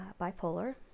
bipolar